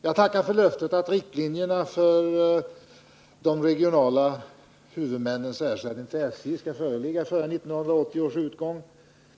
Jag tackar för löftet att riktlinjerna för de regionala huvudmännens ersättning till SJ skall föreligga före 1980 års utgång.